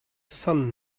sun